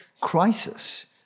crisis